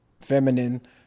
feminine